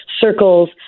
circles